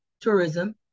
tourism